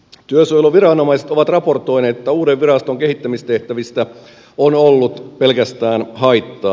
työsuojeluviranomaiset ovat raportoineet et tä uuden viraston kehittämistehtävistä on ollut pelkästään haittaa